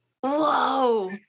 Whoa